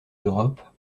d’europe